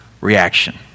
reaction